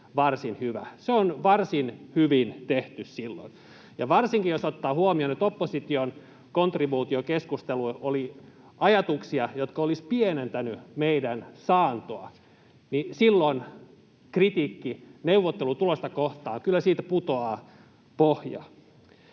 Se on varsin hyvin tehty silloin, ja varsinkin jos ottaa huomioon, että opposition kontribuutio keskusteluun oli ajatuksia, jotka olisivat pienentäneet meidän saantoa, niin silloin kyllä kritiikiltä neuvottelutulosta kohtaan putoaa pohja.